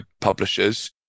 publishers